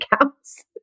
counts